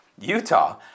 Utah